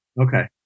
Okay